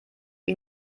wie